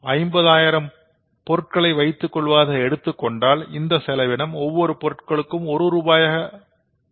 50000 பொருட்களை வைத்துக் கொள்வதாக எடுத்துக்கொண்டால் இந்த செலவினம் ஒவ்வொரு பொருளுக்கும் ஒரு ரூபாயாக அமையும்